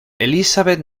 elisabeth